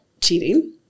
cheating